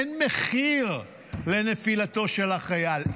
אין מחיר לנפילתו של החייל.